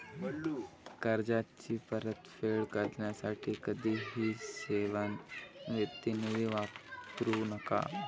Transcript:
कर्जाची परतफेड करण्यासाठी कधीही सेवानिवृत्ती निधी वापरू नका